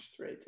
right